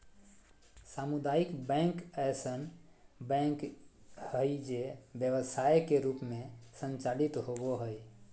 सामुदायिक बैंक ऐसन बैंक हइ जे व्यवसाय के रूप में संचालित होबो हइ